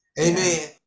amen